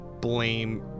blame